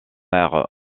aire